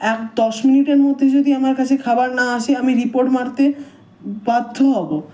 এক দশ মিনিটের মধ্যে যদি আমার কাছে খাবার না সে আমি রিপোর্ট মারতে বাধ্য হবো